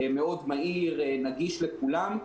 מאוד מהיר ונגיש לכולם.